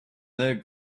their